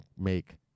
make